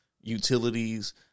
utilities